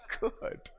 good